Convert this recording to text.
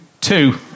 Two